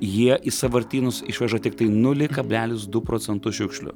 jie į sąvartynus išveža tiktai nulį kablelis du procentus šiukšlių